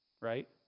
right